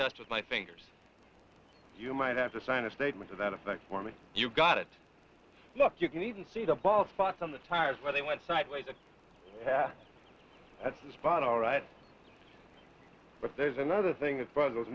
with my fingers you might have to sign a statement to that effect for me you've got it look you can even see the bald spots on the tires where they went sideways the hat at the spot all right but there's another thing that bugs